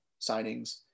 signings